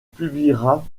publiera